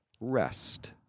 rest